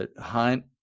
hunt